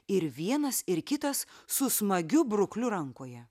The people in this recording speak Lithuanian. ir vienas ir kitas su smagiu brukliu rankoje